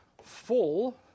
full